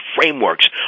frameworks